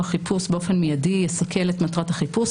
חיפוש באופן מיידי יסכל את מטרת החיפוש,